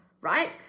Right